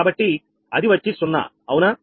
కాబట్టి అది వచ్చి 0 అవునా